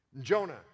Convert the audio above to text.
Jonah